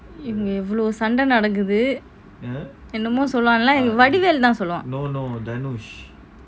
இங்க இவ்ளோ சண்டை நடக்குது என்னமோ சொல்லுவான்ல வடிவேல் தான் சொல்லுவான்:inga ivlo sanda nadakuthu ennamo soluvanla vadivel thaan soluvan